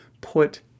put